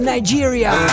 Nigeria